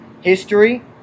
history